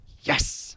Yes